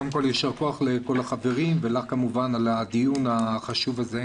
קודם כל יישר כוח לכל החברים ולך כמובן על הדיון החשוב הזה.